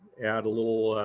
add a little,